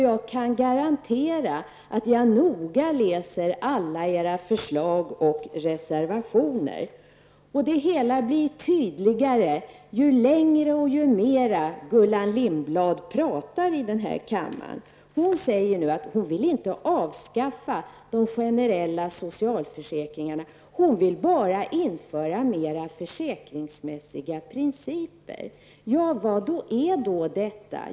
Jag kan garantera att jag noga läser alla era förslag och reservationer. Det hela blir tydligare ju längre och ju mera Gullan Lindblad pratar i den här kammaren. Hon säger nu att hon inte vill avskaffa de generella socialförsäkringarna. Hon vill bara införa mer försäkringsmässiga principer. Vad är då detta?